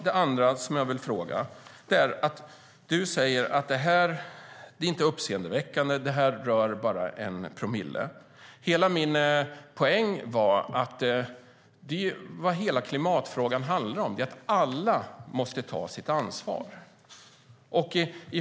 Det andra som jag vill fråga om är: Du säger att detta inte är uppseendeväckande och att det gäller bara 1 promille. Min poäng är att vad hela klimatfrågan handlar om är att alla måste ta sitt ansvar.